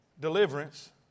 Deliverance